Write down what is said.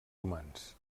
humans